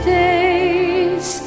days